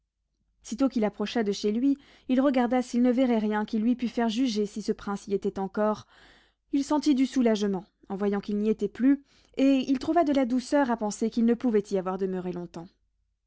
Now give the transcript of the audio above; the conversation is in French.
sitôt qu'il approcha de chez lui il regarda s'il ne verrait rien qui lui pût faire juger si ce prince y était encore il sentit du soulagement en voyant qu'il n'y était plus et il trouva de la douceur à penser qu'il ne pouvait y avoir demeuré longtemps